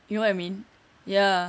you what I mean ya